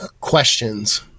questions